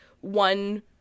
one